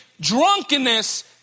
drunkenness